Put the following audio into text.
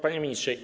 Panie Ministrze!